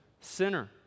sinner